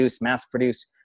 mass-produce